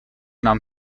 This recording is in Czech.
nám